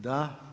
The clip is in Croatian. Da.